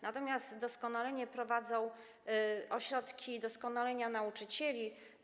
Natomiast doskonalenie prowadzą ośrodki doskonalenia nauczycieli.